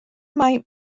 mai